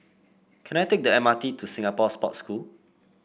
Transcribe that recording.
can I take the M R T to Singapore Sports School